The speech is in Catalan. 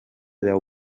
deu